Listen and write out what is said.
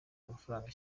amafaranga